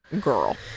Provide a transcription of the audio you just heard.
girl